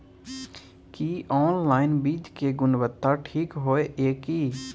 की online बीज के गुणवत्ता ठीक होय ये की?